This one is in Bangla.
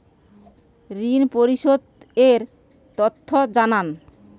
ঋন পরিশোধ এর তথ্য জানান